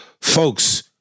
Folks